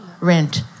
rent